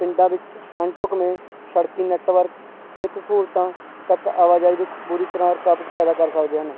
ਪਿੰਡਾਂ ਵਿੱਚ ਅਣਢੁਕਵੇਂ ਸੜਕੀ ਨੈਟਵਰਕ ਸਿਹਤ ਸਹੂਲਤਾਂ ਤੱਕ ਆਵਾਜਾਈ ਵਿੱਚ ਪੂਰੀ ਤਰ੍ਹਾਂ ਰੁਕਾਵਟ ਪੈਦਾ ਕਰ ਸਕਦੇ ਹਨ